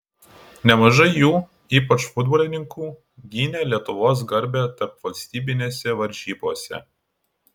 nemažai jų ypač futbolininkų gynė lietuvos garbę tarpvalstybinėse varžybose